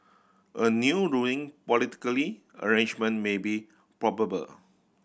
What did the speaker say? a new ruling politically arrangement may be probable